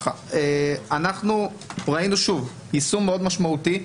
ראינו יישום מאוד משמעותי,